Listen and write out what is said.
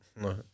no